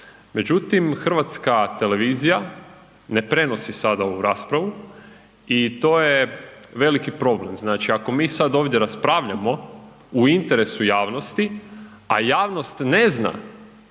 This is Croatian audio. Međutim, HRT ne prenosi sada ovu raspravu i to je veliki problem, znači ako mi sad ovdje raspravljamo u interesu javnosti, a javnost ne zna,